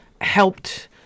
helped –